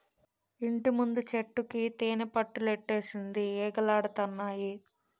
ఇంటిముందు చెట్టుకి తేనిపట్టులెట్టేసింది ఈగలాడతన్నాయి